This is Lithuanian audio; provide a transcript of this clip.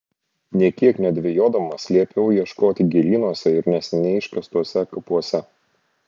nė kiek nedvejodamas liepiau ieškoti gėlynuose ir neseniai iškastuose kapuose